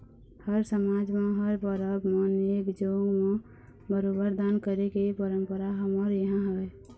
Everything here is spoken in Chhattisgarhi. हर समाज म हर परब म नेंग जोंग म बरोबर दान करे के परंपरा हमर इहाँ हवय